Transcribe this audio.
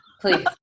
Please